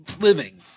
living